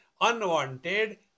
unwanted